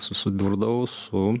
susidurdavau su